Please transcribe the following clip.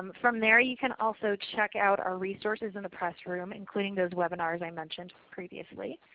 from there you can also check out our resources in the pressroom including those webinars i mentioned previously.